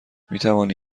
میتوانی